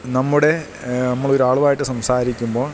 നമ്മുടെ നമ്മളൊരാളുമായിട്ടു സംസാരിക്കുമ്പോൾ